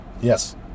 Yes